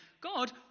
God